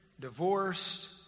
divorced